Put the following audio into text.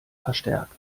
verstärkt